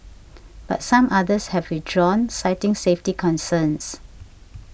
but some others have withdrawn citing safety concerns